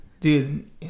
Dude